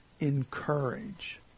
encourage